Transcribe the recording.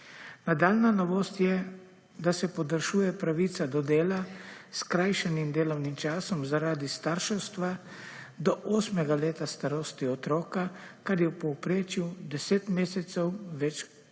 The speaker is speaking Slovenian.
Nadaljnja novost je, da se podaljšuje pravica do dela s skrajšanim delovnim časom zaradi starševstva do 8. leta starosti otroka, kar je v povprečju 10 mesecev več kot